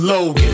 Logan